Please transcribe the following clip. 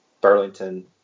Burlington